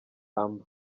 amb